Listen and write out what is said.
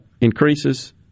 increases